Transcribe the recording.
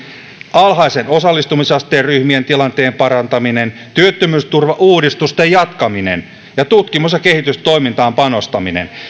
alhaisen osallistumisasteen ryhmien tilanteen parantaminen työttömyysturvauudistusten jatkaminen ja tutkimus ja kehitystoimintaan panostaminen